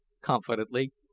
confidently